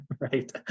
Right